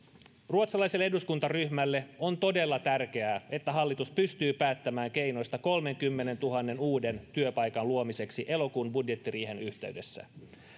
ruotsalaiselle eduskuntaryhmälle on todella tärkeää että hallitus pystyy päättämään keinoista kolmenkymmenentuhannen uuden työpaikan luomiseksi elokuun budjettiriihen yhteydessä